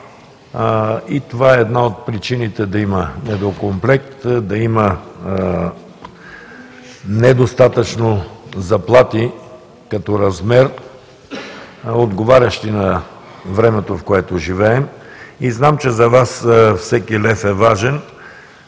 и това е една от причините да има недокомплект, да има недостатъчно заплати като размер, отговарящи на времето, в което живеем и знам, че за Вас всеки лев е важен